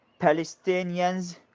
Palestinians